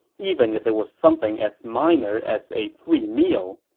even if it was something as minor as a free meal.